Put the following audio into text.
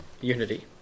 unity